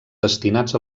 destinats